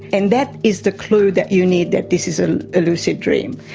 and that is the clue that you need that this is a lucid dream.